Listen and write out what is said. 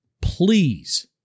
please